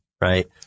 right